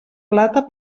plata